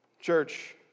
Church